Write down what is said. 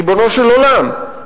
ריבונו של עולם.